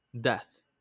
death